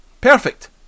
Perfect